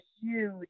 huge